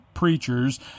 preachers